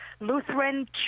Lutheran